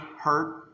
hurt